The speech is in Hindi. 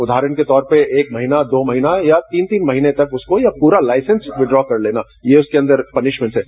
उदाहरण के तौर पर एक महीना दो महीना या तीन तीन महीने तक उसको या पूरा लाइसेंस विद्वॉ कर लेना ये उसके अंदर पनिशमेंट्स हैं